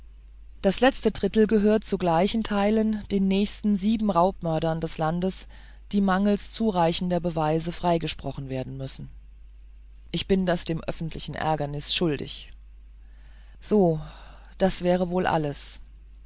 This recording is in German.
das letzte drittel gehört zu gleichen teilen den nächsten sieben raubmördern des landes die mangels zureichender beweise freigesprochen werden müssen ich bin das dem öffentlichen ärgernis schuldig so das wäre wohl alles